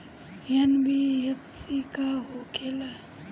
NBFC का होंखे ला?